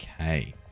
Okay